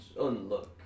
unlook